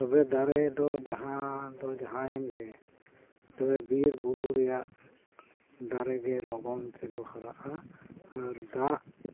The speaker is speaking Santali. ᱛᱚᱵᱮ ᱫᱟᱨᱮᱫᱚ ᱡᱟᱦᱟᱸ ᱫᱚ ᱡᱟᱦᱟᱸᱭᱮᱱ ᱜᱮ ᱛᱚᱵᱮ ᱵᱤᱨ ᱵᱩᱨᱩ ᱨᱮᱭᱟᱜ ᱫᱟᱨᱮ ᱜᱮ ᱞᱚᱜᱚᱱ ᱛᱮᱫᱚ ᱦᱟᱨᱟᱜᱼᱟ ᱟᱨ ᱫᱟᱜ